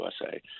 USA